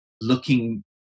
looking